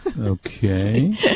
Okay